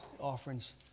offerings